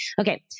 Okay